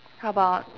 how about